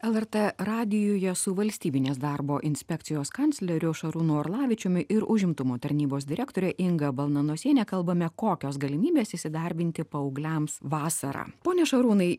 lrt radijuje su valstybinės darbo inspekcijos kancleriu šarūnu orlavičiumi ir užimtumo tarnybos direktore inga balnanosiene kalbame kokios galimybės įsidarbinti paaugliams vasarą pone šarūnai